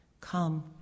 come